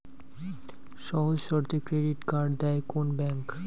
সহজ শর্তে credit card দেয় কোন ব্যাংক?